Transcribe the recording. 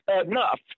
enough